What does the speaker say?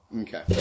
Okay